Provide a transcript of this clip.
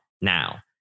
now